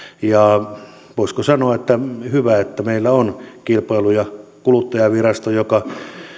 voisiko sanoa että hyvä että meillä on kilpailu ja kuluttajavirasto joka